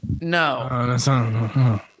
No